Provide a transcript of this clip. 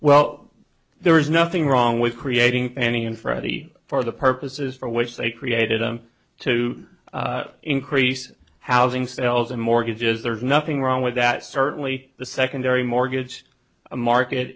well there is nothing wrong with creating any and freddie for the purposes for which they created them to increase housing sales and mortgages there's nothing wrong with that certainly the secondary mortgage market